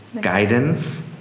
Guidance